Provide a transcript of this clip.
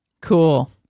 cool